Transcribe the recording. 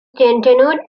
gatineau